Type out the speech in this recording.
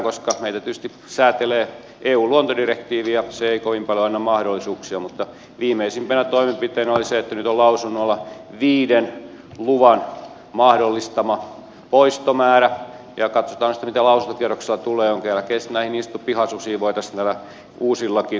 meitä tietysti säätelee eun luontodirektiivi ja se ei kovin paljon anna mahdollisuuksia mutta viimeisimpänä toimenpiteenä oli se että nyt on lausunnolla viiden luvan mahdollistama poistomäärä ja katsotaan sitten mitä lausuntokierroksella tulee vielä keskinäinen viha susi voitosta uusillakin